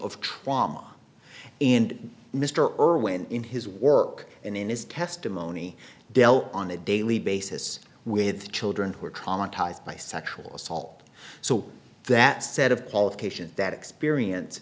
of trauma and mr irwin in his work and in his testimony dealt on a daily basis with children who are traumatized by sexual assault so that set of qualifications that experience